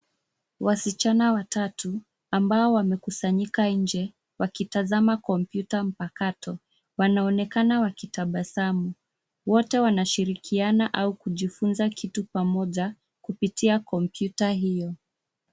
Wasichana watatu, ambao wamekusanyika nje wakitazama kompyuta mpakato. Wanaonekana wakitabasamu .Wote wanashirikiana au kujifunza kitu pamoja kupitia komyuta hiyo.